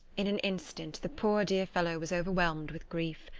in an instant the poor dear fellow was overwhelmed with grief.